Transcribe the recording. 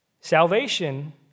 Salvation